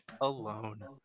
Alone